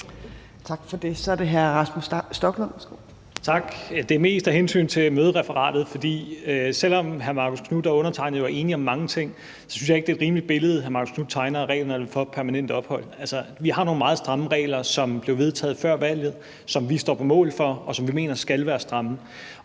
Værsgo. Kl. 13:15 Rasmus Stoklund (S): Tak. Det er mest af hensyn til mødereferatet. Selv om hr. Marcus Knuth og undertegnede jo er enige om mange ting, synes jeg ikke, det er et rimeligt billede, som hr. Marcus Knuth tegner af reglerne for permanent ophold. Altså, vi har nogle meget stramme regler, som blev vedtaget før valget, som vi står på mål for, og som vi mener skal være stramme.